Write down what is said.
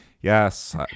yes